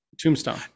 Tombstone